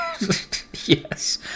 yes